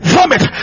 Vomit